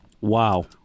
Wow